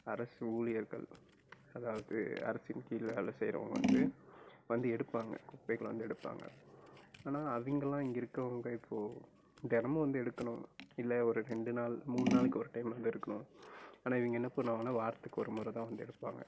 அரசு ஊழியர்கள் அதாவது அரசின் கீழ் வேலை செய்கிறவுங்க வந்து வந்து எடுப்பாங்க குப்பைகளை வந்து எடுப்பாங்க ஆனால் அவங்கலாம் இருக்கிறவுங்க இப்போது தெனமும் வந்து எடுக்கணும் இல்லை ஒரு ரெண்டு நாள் மூனு நாளைக்கு ஒரு டைம் வந்து எடுக்கணும் ஆனால் இவங்க என்ன செய்கிறாங்கனா வாரத்துக்கு ஒரு முறைதான் வந்து எடுப்பாங்க